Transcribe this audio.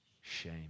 shame